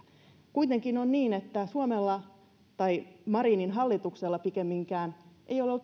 kuitenkin on niin että suomella tai marinin hallituksella pikemminkin ei ole ole